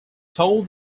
told